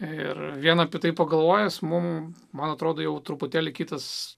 ir vien apie tai pagalvojęs mums man atrodo jau truputėlį kitas